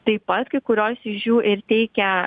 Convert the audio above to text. taip pat kai kurios iš jų ir teikia